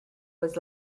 was